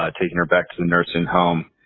ah taking her back to the nursing home,